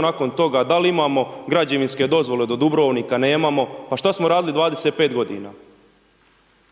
nakon toga, da li imamo građevinske dozvole do Dubrovnika, nemamo, pa šta smo radili 25 godina.